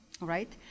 Right